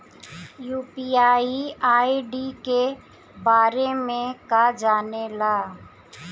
UPI ID के बारे में का जाने ल?